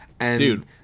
Dude